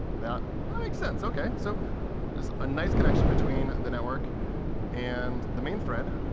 that ah makes sense, ok. so there's a nice connection between the network and the main thread.